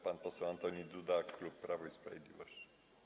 Pan poseł Antoni Duda, klub Prawo i Sprawiedliwość.